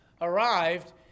arrived